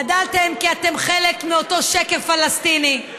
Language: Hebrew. גדלתם כי אתם חלק מאותו שקר פלסטיני,